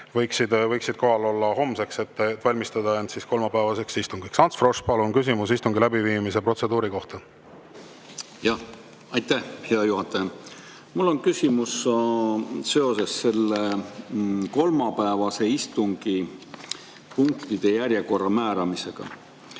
võiksid kohal olla homseks, et valmistada end ette kolmapäevaseks istungiks. Ants Frosch, palun, küsimus istungi läbiviimise protseduuri kohta! Aitäh, hea juhataja! Mul on küsimus kolmapäevase istungi punktide järjekorra määramise